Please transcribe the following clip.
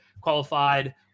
qualified